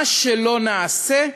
מה שלא נעשה,